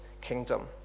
kingdom